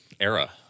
era